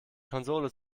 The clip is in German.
konsole